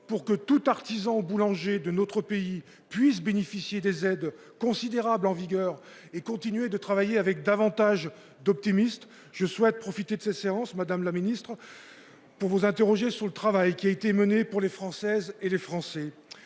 pour que tout artisan boulanger de notre pays puisse bénéficier des aides considérables en vigueur et continuer de travailler avec davantage d'optimiste je souhaite profiter de ces séances Madame la Ministre. Pour vous interroger sur le travail qui a été menée pour les Françaises et les Français.